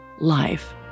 life